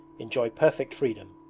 enjoy perfect freedom.